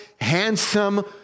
handsome